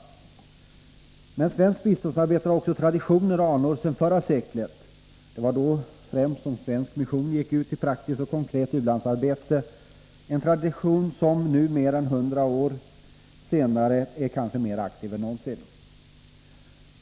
Men svenskt biståndsarbete har också traditioner och anor sedan förra seklet. Det var då svensk mission gick ut i praktiskt och konkret ulandsarbete, en tradition som nu mer än 100 år senare kanske är mer aktiv än någonsin.